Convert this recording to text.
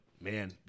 man